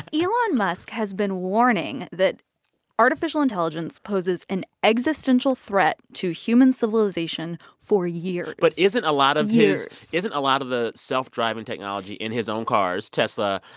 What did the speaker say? elon musk has been warning that artificial intelligence poses an existential threat to human civilization for years but isn't a lot of his. years isn't a lot of the self-driving technology in his own cars, tesla,